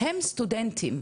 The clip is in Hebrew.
הם סטודנטים,